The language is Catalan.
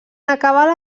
acabar